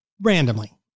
randomly